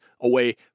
away